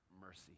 mercy